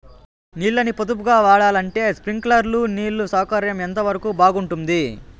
నీళ్ళ ని పొదుపుగా వాడాలంటే స్ప్రింక్లర్లు నీళ్లు సౌకర్యం ఎంతవరకు బాగుంటుంది?